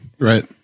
Right